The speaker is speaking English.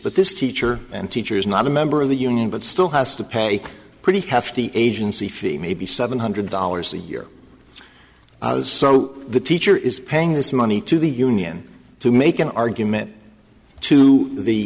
but this teacher and teacher is not a member of the union but still has to pay a pretty hefty agency fee maybe seven hundred dollars a year so the teacher is paying this money to the union to make an argument to the